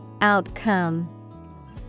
Outcome